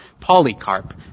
Polycarp